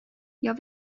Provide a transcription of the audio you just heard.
jag